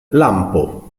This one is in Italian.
lampo